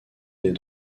des